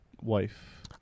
wife